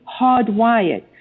hardwired